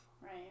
Right